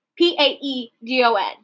P-A-E-D-O-N